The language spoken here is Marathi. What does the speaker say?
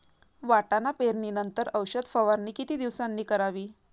वाटाणा पेरणी नंतर औषध फवारणी किती दिवसांनी करावी?